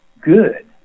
good